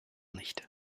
nicht